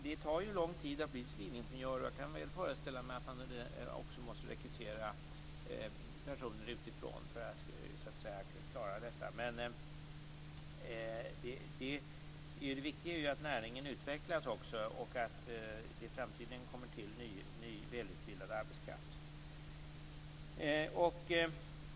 Det tar lång tid att bli civilingenjör. Jag kan föreställa mig att man också måste rekrytera personer utifrån för att klara detta. Det viktiga är att näringen utvecklas och att det i framtiden kommer till ny och välutbildad arbetskraft.